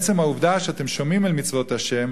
עצם העובדה שאתם שומעים אל מצוות ה',